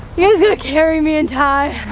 you guys gonna carry me and ty?